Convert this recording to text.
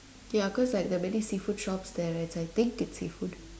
ya cause like there are many seafood shops there and I think it's seafood